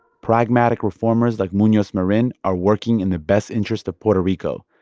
pragmatic reformers like munoz marin are working in the best interest of puerto rico.